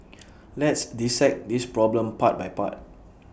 let's dissect this problem part by part